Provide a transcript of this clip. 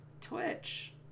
Twitch